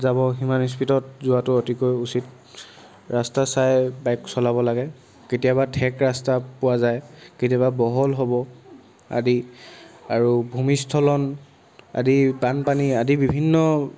যাব সিমান স্পিডত যোৱাটো অতিকৈ উচিত ৰাস্তা চাই বাইক চলাব লাগে কেতিয়াবা ঠেক ৰাস্তা পোৱা যায় কেতিয়াবা বহল হ'ব আদি আৰু ভূমিস্খলন আদি বানপানী আদি বিভিন্ন